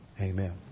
Amen